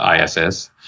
ISS